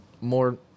more